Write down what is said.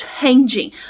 changing